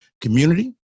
community